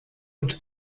und